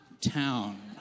town